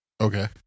okay